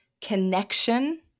connection